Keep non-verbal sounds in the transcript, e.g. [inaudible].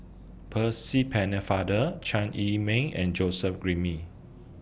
Percy Pennefather Chai Yee Mei and Joseph [unintelligible]